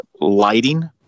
lighting